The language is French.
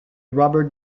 robert